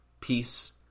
peace